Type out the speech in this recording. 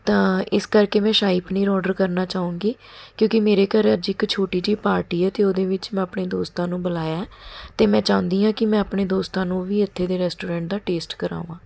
ਤਾਂ ਇਸ ਕਰਕੇ ਮੈਂ ਸ਼ਾਹੀ ਪਨੀਰ ਔਡਰ ਕਰਨਾ ਚਾਹੂੰਗੀ ਕਿਉਂਕਿ ਮੇਰੇ ਘਰ ਅੱਜ ਇੱਕ ਛੋਟੀ ਜਿਹੀ ਪਾਰਟੀ ਹੈ ਅਤੇ ਉਹਦੇ ਵਿੱਚ ਮੈਂ ਆਪਣੇ ਦੋਸਤਾਂ ਨੂੰ ਬੁਲਾਇਆ ਅਤੇ ਮੈਂ ਚਾਹੁੰਦੀ ਹਾਂ ਕਿ ਮੈਂ ਆਪਣੇ ਦੋਸਤਾਂ ਨੂੰ ਵੀ ਇੱਥੇ ਦੇ ਰੈਸਟੋਰੈਂਟ ਦਾ ਟੇਸਟ ਕਰਾਂਵਾ